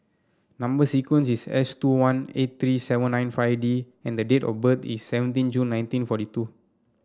number sequence is S two one eight three seven nine five D and the date of birth is seventeen June nineteen forty two